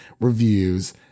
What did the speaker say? reviews